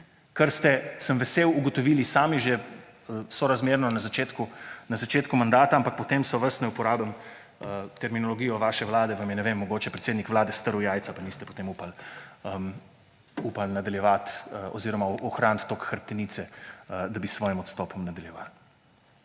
kar ste, sem vesel, ugotovili sami že sorazmerno na začetku mandata. Ampak potem so vas, naj uporabim terminologijo vaše vlade, vam je, ne vem, mogoče predsednik vlade strl jajca pa niste potem upali nadaljevati oziroma ohraniti toliko hrbtenice, da bi s svojim odstopom nadaljevali.